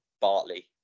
bartley